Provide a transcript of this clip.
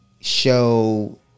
Show